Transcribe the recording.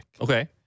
Okay